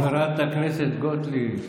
חברת הכנסת גוטליב,